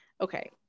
Okay